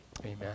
Amen